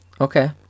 Okay